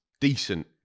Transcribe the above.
decent